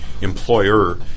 Employer